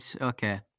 Okay